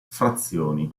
frazioni